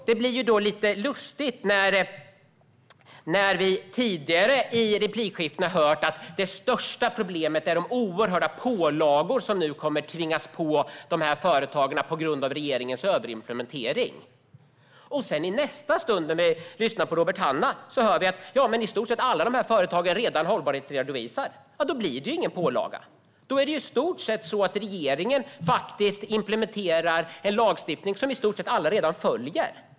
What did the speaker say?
Det blir lite lustigt när vi tidigare i replikskiftena hört att det största problemet är de oerhörda pålagor som nu kommer att tvingas på företagen på grund av regeringens överimplementering. I nästa stund när vi lyssnar på Robert Hannah hör vi att i stort sett alla dessa företag redan hållbarhetsredovisar. Då blir det ingen pålaga. Det blir i stort sett så att regeringen implementerar en lagstiftning som alla redan följer.